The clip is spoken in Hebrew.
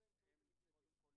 אנחנו בעצם מקטינים,